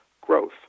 growth